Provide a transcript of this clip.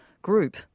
group